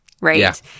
Right